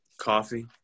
coffee